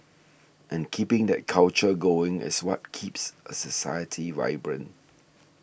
and keeping that culture going is what keeps a society vibrant